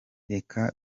reka